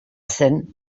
zen